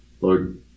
Lord